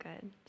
good